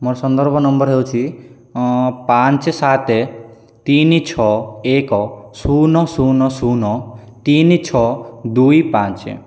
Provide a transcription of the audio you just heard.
ମୋର ସନ୍ଦର୍ଭ ନମ୍ବର ହେଉଛିି ପାଞ୍ଚ ସାତ ତିନି ଛଅ ଏକ ଶୂନ ଶୂନ ଶୂନ ତିନି ଛଅ ଦୁଇ ପାଞ୍ଚ